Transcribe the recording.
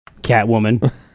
Catwoman